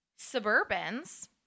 Suburbans